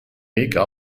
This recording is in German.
make